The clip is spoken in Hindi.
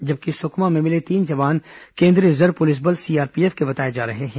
जबकि सुकमा में मिले तीन जवान केंद्रीय रिजर्व पुलिस बल सीआरपीएफ के बताए जा रहे हैं